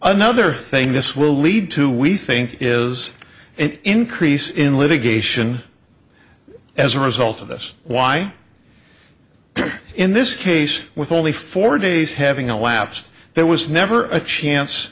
another thing this will lead to we think is an increase in litigation as a result of this why in this case with only four days having elapsed there was never a chance